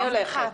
אני הולכת.